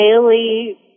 daily